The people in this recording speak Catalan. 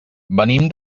venim